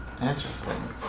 Interesting